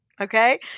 Okay